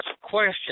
question